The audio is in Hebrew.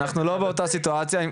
אנחנו לא באותה סיטואציה,